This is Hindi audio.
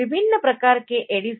विभिन्न प्रकार के ADC है